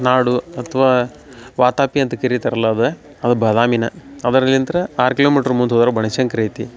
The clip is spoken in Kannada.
ನಾಡು ಅಥವಾ ವಾತಾಪಿ ಅಂತ ಕರೀತಾರಲ್ಲ ಅದ ಅದು ಬದಾಮಿನೇ ಅದರಲಿಂತ ಆರು ಕಿಲೋಮೀಟ್ರ್ ಮುಂದೆ ಹೋದ್ರೆ ಬನಶಂಕ್ರಿ ಐತಿ